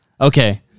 Okay